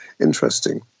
interesting